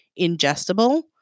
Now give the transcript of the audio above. ingestible